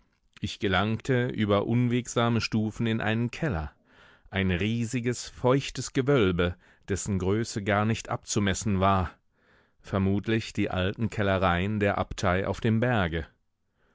ich gelangte über unwegsame stufen in einen keller ein riesiges feuchtes gewölbe dessen größe gar nicht abzumessen war vermutlich die alten kellereien der abtei auf dem berge